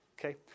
Okay